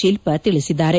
ಶಿಲ್ಪ ತಿಳಿಸಿದ್ದಾರೆ